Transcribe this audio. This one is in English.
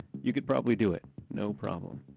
you could probably do it. no problem.